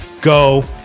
Go